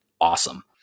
awesome